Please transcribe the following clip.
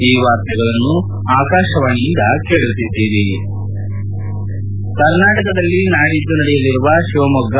ಈ ವಾರ್ತೆಗಳನ್ನು ಆಕಾಶವಾಣಿಯಿಂದ ಕೇಳುತ್ತಿದ್ದೀರಿ ಕರ್ನಾಟಕದಲ್ಲಿ ನಾಡಿದ್ದು ನಡೆಯಲಿರುವ ಶಿವಮೊಗ್ಗ